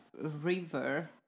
river